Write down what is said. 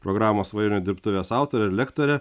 programos svajonių dirbtuvės autorė ir lektorė